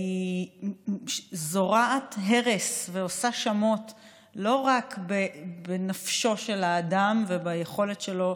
היא זורעת הרס ועושה שמות לא רק בנפשו של האדם וביכולת שלו,